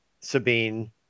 Sabine